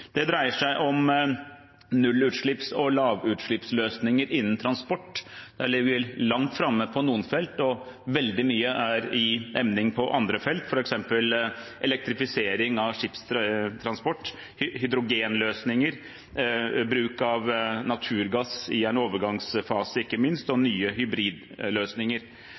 Det dreier seg om nullutslipps- og lavutslippsløsninger innen transport. Der ligger vi langt framme på noen felt, og veldig mye er i emning på andre felt, f.eks. elektrifisering av skipstransport, hydrogenløsninger, bruk av naturgass i en overgangsfase – ikke minst – og nye hybridløsninger.